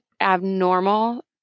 abnormal